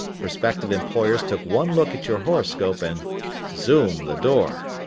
prospective employers took one look at your horoscope and zoom, the door.